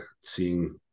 seeing